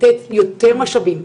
לתת יותר משאבים,